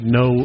no